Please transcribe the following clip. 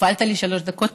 הפעלת לי שלוש דקות?